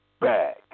back